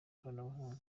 ikoranabuhanga